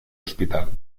hospital